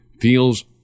feels